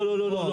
לא.